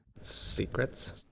Secrets